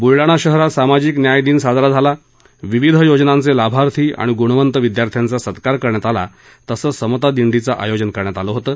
बुलडाणा शहरात सामाजिक न्याय दिन साजरा झाला विविध योजनांच्या लाभार्थी आणि ग्रणवंत विद्यार्थ्यांचा सत्कार करण्यात आला तसंच समता दिंडीचं आयोजन करण्यात आलं होतं